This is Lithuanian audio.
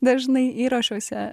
dažnai įrašuose